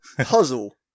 puzzle